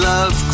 Love